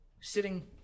sitting